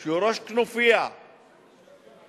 שהוא ראש כנופיה שמדבר